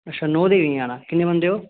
अच्छा नौ देवियां जाना किन्ने बंदे ओ